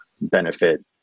benefit